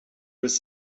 with